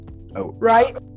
right